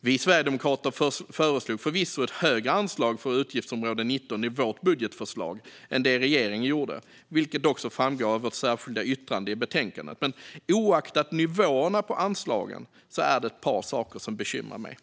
Vi sverigedemokrater föreslog förvisso ett högre anslag för utgiftsområde 19 i vårt budgetförslag än vad regeringen gjorde, vilket också framgår av vårt särskilda yttrande i betänkandet. Men oavsett nivåerna på anslagen finns det ett par saker som bekymrar mig.